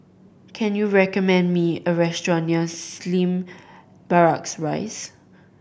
can you recommend me a restaurant near Slim Barracks Rise